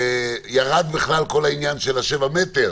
ירד בכלל כל העניין של ה-7 מטרים,